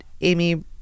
Amy